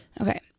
Okay